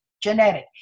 genetic